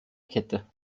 kette